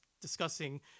discussing